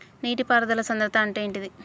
నీటి పారుదల సంద్రతా అంటే ఏంటిది?